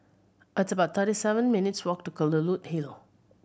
at about thirty seven minutes' walk to Kelulut Hill